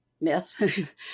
myth